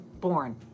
born